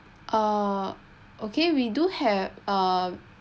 uh okay we do have a